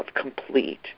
complete